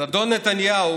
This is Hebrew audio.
אז אדון נתניהו